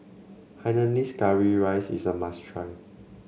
Hainanese Curry Rice is a must try